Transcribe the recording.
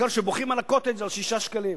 העיקר שבוכים על 6 שקלים